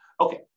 Okay